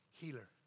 healer